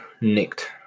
nicked